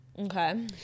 Okay